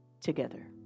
Together